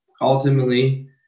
ultimately